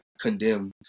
condemn